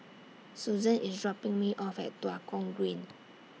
Suzan IS dropping Me off At Tua Kong Green